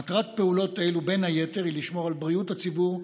מטרת פעולות אלו בין היתר היא לשמור על בריאות הציבור,